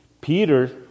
Peter